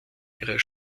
ihrer